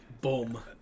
Boom